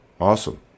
awesome